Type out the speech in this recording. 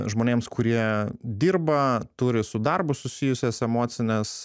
žmonėms kurie dirba turi su darbu susijusias emocines